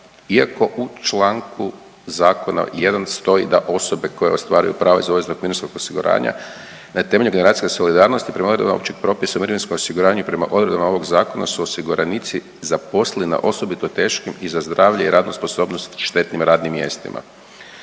iako u članku zakona jedan stoji da osobe koje ostvaruju pravo iz obaveznog mirovinskog osiguranja na temelju generacijske solidarnosti prema odredbama općeg propisa o mirovinskom osiguranju i prema odredbama ovog zakona su: osiguranici zaposleni na osobito teškim i za zdravlje i radnu sposobnost štetnim radnim mjestima,